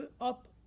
up